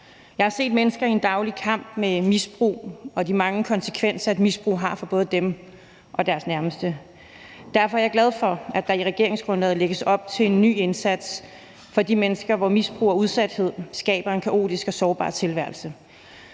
Jeg har set mennesker i en daglig kamp med misbrug og de mange konsekvenser, et misbrug har for både dem og deres nærmeste. Derfor er jeg glad for, at der i regeringsgrundlaget lægges op til en ny indsats for de mennesker, hvor misbrug og udsathed skaber en kaotisk og sårbar tilværelse.